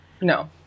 No